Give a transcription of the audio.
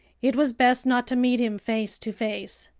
it was best not to meet him face to face!